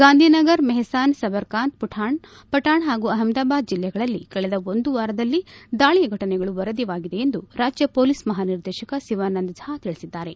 ಗಾಂಧಿನಗರ ಮೆಹಸಾನ ಸಬರಕಾಂತ ಪಟಾಣ್ ಹಾಗೂ ಅಹಮದಾಬಾದ್ ಜಿಲ್ಲೆಗಳಲ್ಲಿ ಕಳೆದ ಒಂದು ವಾರದಲ್ಲಿ ದಾಳಿ ಘಟನೆಗಳು ವರದಿಯಾಗಿದೆ ಎಂದು ರಾಜ್ಯ ಪೊಲೀಸ್ ಮಹಾನಿರ್ದೇಶಕ ಶಿವಾನಂದ ಝಾ ತಿಳಿಸಿದ್ದಾರೆ